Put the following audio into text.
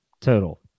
total